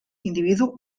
individu